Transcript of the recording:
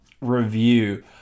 review